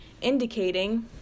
indicating